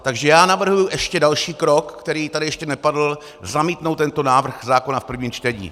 Takže navrhuji ještě další krok, který tady ještě nepadl, zamítnout tento návrh zákona v prvním čtení.